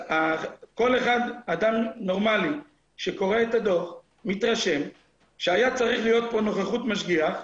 כל אדם נורמלי שקורא את הדוח מתרשם שהיה צריך להיות פה נוכחות משגיח,